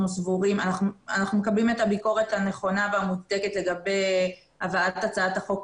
אנחנו מקבלים את הביקורת הנכונה והמוצדקת לגבי הבאת הצעת החוק